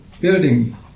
building